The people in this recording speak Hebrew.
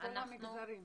בכול המגזרים.